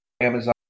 Amazon